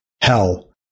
hell